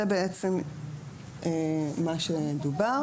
זה בעצם מה שדובר.